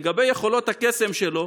לגבי יכולות הקסם שלו